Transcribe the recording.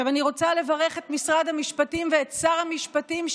אני רוצה לברך את משרד המשפטים ואת שר המשפטים,